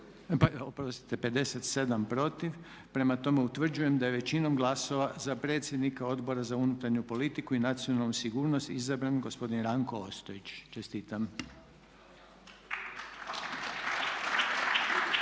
57 protiv. Prema tome, utvrđujem da je većinom glasova za predsjednika Odbora za unutarnju politiku i nacionalnu sigurnost izabran gospodin Ranko Ostojić. Čestitam.